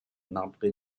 marbré